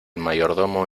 mayordomo